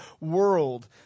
world